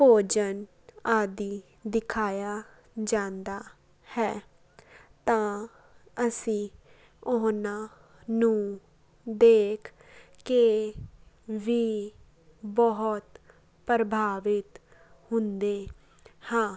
ਭੋਜਨ ਆਦਿ ਦਿਖਾਇਆ ਜਾਂਦਾ ਹੈ ਤਾਂ ਅਸੀਂ ਉਹਨਾਂ ਨੂੰ ਦੇਖ ਕੇ ਵੀ ਬਹੁਤ ਪ੍ਰਭਾਵਿਤ ਹੁੰਦੇ ਹਾਂ